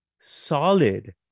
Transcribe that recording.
solid